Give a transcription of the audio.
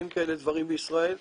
אין כאלה דברים בישראל.